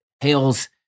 Hales